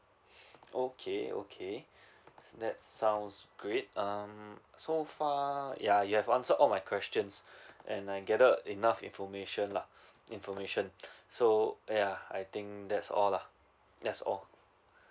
okay okay that sounds great um so far ya you have answered all my questions and I gathered enough information lah information so yeah I think that's all lah that's all